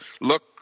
look